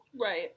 right